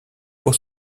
pour